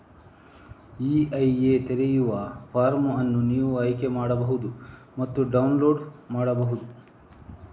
EIA ತೆರೆಯುವ form ಅನ್ನು ನೀವು ಆಯ್ಕೆ ಮಾಡಬಹುದು ಮತ್ತು ಡೌನ್ಲೋಡ್ ಮಾಡಬಹುದು